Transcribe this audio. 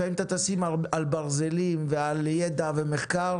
לפעמים אתה תשים תקציבים על ברזלים ועל ידע ומחקר